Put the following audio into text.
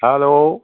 hello